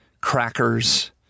crackers